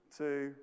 two